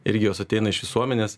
ir jos ateina iš visuomenės